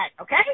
okay